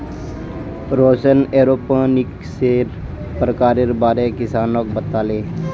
रौशन एरोपोनिक्सेर प्रकारेर बारे किसानक बताले